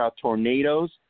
Tornadoes